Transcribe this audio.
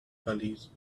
pulleys